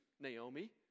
Naomi